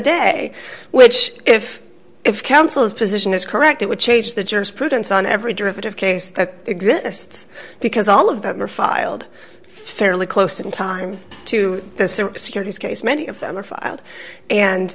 day which if if council is position is correct it would change the jurisprudence on every derivative case that exists because all of them are filed fairly close in time to the securities case many of them are filed and